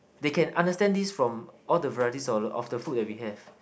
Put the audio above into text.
they can understand this from all the varieties of the of the food that we have